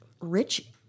rich